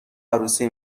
عروسی